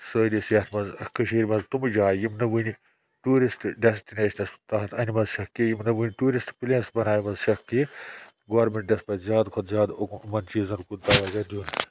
سٲنِس یَتھ منٛز کٔشیٖرِ منٛز تٕمہٕ جایہِ یِم نہٕ وٕنہِ ٹیوٗرِسٹ ڈیسٹِنیشنَس تَحت أنۍمَژ چھَکھ کینٛہ یِم نہٕ وٕۍ ٹیوٗرِسٹ پٕلیس بَنایےمژ چھَکھ کِہیٖنۍ گورمِنٹَس پَزِ زیادٕ کھۄتہٕ زیادٕ أمَن چیٖزَن کُن تَوجہ دیُن